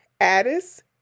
Addis